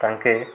ତାଙ୍କେ